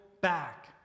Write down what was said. back